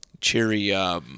cheery